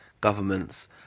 governments